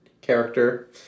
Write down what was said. character